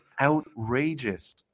outrageous